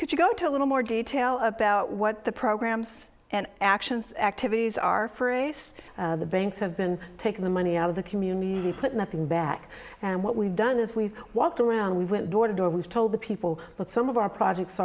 could you go to a little more detail about what the programs and actions activities are for ace the banks have been taking the money out of the community put nothing back and what we've done is we've walked around went door to door has told the people what some of our projects